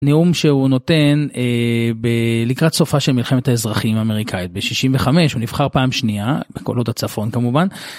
נאום שהוא נותן לקראת סופה של מלחמת האזרחים האמריקאים ב-65' הוא נבחר פעם שנייה בקולות הצפון כמובן.